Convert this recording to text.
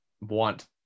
want